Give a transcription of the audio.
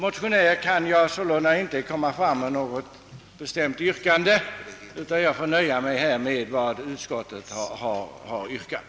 Jag kan i varje fall inte nu som motionär ställa något yrkande utan får nöja mig med vad utskottet hemstälit.